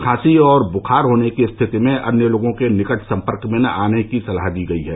खांसी और बुखार होने की स्थिति में अन्य लोगों के निकट संपर्क में न आने की सलाह दी गई है